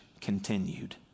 continued